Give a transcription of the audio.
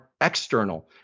external